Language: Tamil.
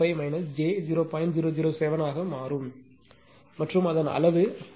007 ஆக மாறும் மற்றும் அதன் அளவு 0